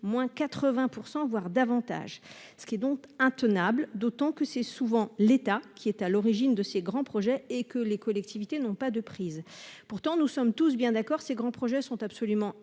de 80 %, voire davantage ! C'est intenable, d'autant que c'est souvent l'État qui est à l'origine de ces grands projets et que les collectivités n'ont pas de prise sur eux. Et pourtant, nous sommes tous d'accord, ces grands projets sont absolument essentiels